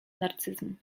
narcyzmu